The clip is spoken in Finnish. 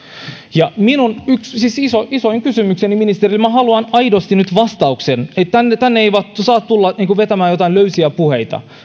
ja minun isoin kysymykseni ministeri johon minä haluan aidosti nyt vastauksen tänne ei saa tulla vetämään mitään löysiä puheita